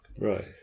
Right